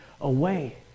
away